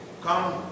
come